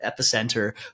epicenter